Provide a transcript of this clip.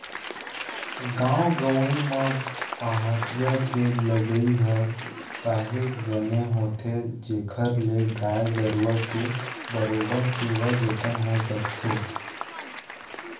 गाँव गंवई म पहाटिया के लगई ह काहेच बने होथे जेखर ले गाय गरुवा के बरोबर सेवा जतन हो सकथे